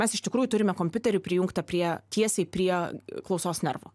mes iš tikrųjų turime kompiuterį prijungtą prie tiesiai prie klausos nervo